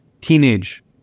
Teenage